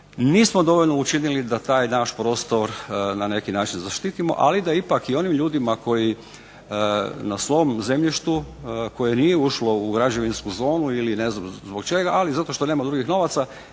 nismo dovoljno učinili da taj naš prostor na neki način zaštitimo, ali da ipak i onim ljudima koji na svom zemljištu koje nije ušlo u građevinsku zonu ili ne znam zbog čega ali i zato što nema drugih novaca